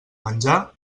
menjar